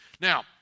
Now